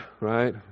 right